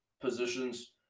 positions